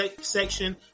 section